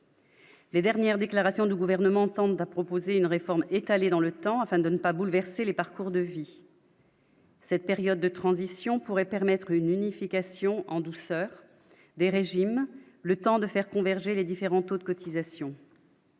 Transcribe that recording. Les dernières déclarations du gouvernement tendent à proposer une réforme étalé dans le temps afin de ne pas bouleverser les parcours de vie. Cette période de transition pourrait permettre une unification en douceur des régimes, le temps de faire converger les différents taux de cotisation.